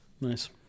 Nice